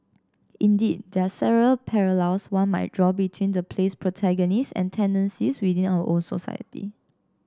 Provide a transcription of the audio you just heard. indeed there are several parallels one might draw between the play's protagonists and tendencies within our own society